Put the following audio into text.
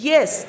Yes